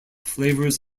flavours